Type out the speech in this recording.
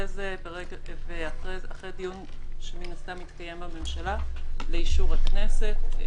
ואחרי דיון שמן הסתם יתקיים בממשלה לאישור הכנסת.